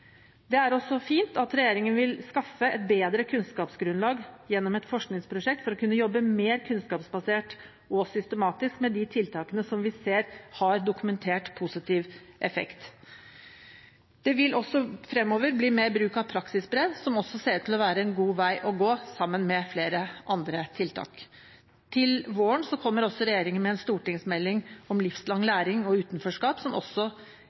Det er også fint at regjeringen vil skaffe et bedre kunnskapsgrunnlag gjennom et forskningsprosjekt for å kunne jobbe mer kunnskapsbasert og systematisk med de tiltakene som vi ser har dokumentert positiv effekt. Fremover vil det bli mer bruk av praksisbrev, som også ser ut til å være en god vei å gå sammen med flere andre tiltak. Til våren kommer regjeringen med en stortingsmelding om livslang læring og utenforskap som jeg tror også